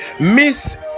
Miss